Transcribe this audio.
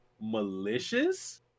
malicious